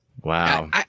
Wow